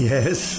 Yes